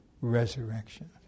resurrection